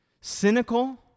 cynical